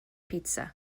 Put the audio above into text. pitsa